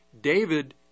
David